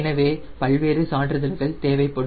எனவே பல்வேறு சான்றிதழ்கள் தேவைப்படும்